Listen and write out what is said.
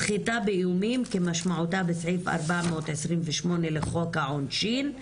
סחיטה באיומים כמשמעותה בסעיף 428 לחוק העונשין,